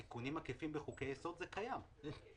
תיקונים עקיפים בחוקי יסוד זה קיים.